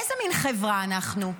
איזו מין חברה אנחנו?